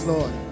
Lord